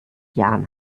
jahren